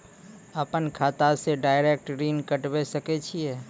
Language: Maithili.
अपन खाता से डायरेक्ट ऋण कटबे सके छियै?